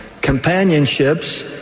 Companionships